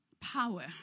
Power